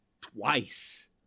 twice